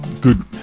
good